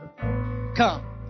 Come